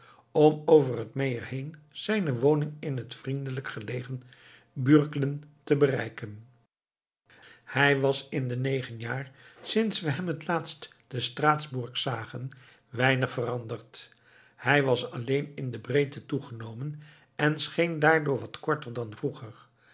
om over het meer heen zijne woning in het vriendelijk gelegen bürglen te bereiken hij was in de negen jaar sinds we hem het laatst te straatsburg zagen weinig veranderd hij was alleen in de breedte toegenomen en scheen daardoor wat korter dan vroeger